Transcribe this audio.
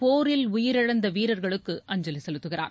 போரில் உயிரிழந்த வீரர்களுக்கு அஞ்சலி செலுத்துகிறார்